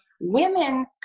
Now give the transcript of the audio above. women